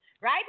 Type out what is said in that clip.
right